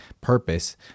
purpose